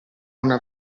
una